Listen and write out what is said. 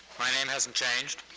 my name hasn't changed.